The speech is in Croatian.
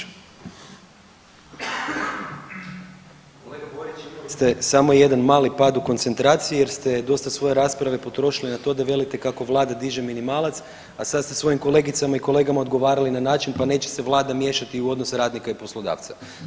Kolega Borić imali ste samo jedan mali pad u koncentraciji jer ste dosta svoje rasprave potrošili na to da velike kako vlada diže minimalac, a sad ste svojim kolegicama i kolegama odgovarali na način pa neće se vlada miješati u odnos radnika i poslodavca.